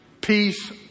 peace